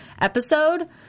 episode